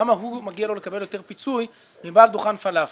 למה לו מגיע לקבל יותר פיצוי מאשר בעל דוכן פלאפל